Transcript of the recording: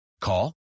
call